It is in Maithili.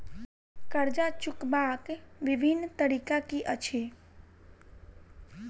कर्जा चुकबाक बिभिन्न तरीका की अछि?